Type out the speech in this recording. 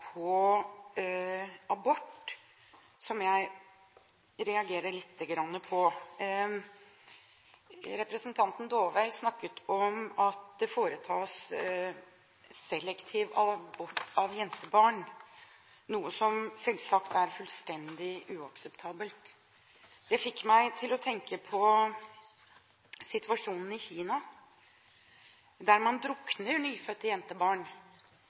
abort, som jeg reagerer litt på. Representanten Dåvøy snakket om at det foretas selektiv abort av jentebarn, noe som selvsagt er fullstendig uakseptabelt. Det fikk meg til å tenke på situasjonen i Kina, der man drukner nyfødte jentebarn